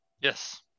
Yes